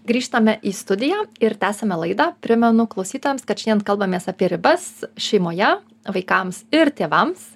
grįžtame į studiją ir tęsiame laidą primenu klausytojams kad šiandien kalbamės apie ribas šeimoje vaikams ir tėvams